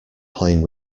playing